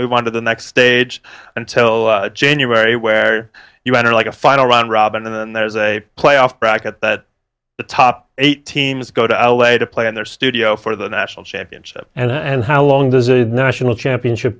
move on to the next stage until january where you enter like a final round robin and there's a playoff bracket that the top eight teams go to l a to play in their studio for the national championship and how long does a national championship